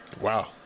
Wow